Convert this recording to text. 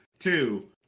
Two